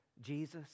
Jesus